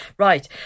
Right